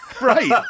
Right